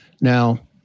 Now